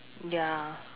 ya